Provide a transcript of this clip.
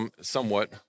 somewhat